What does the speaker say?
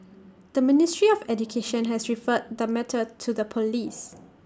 the ministry of education has referred the matter to the Police